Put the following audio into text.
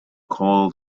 call